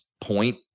point